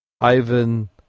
Ivan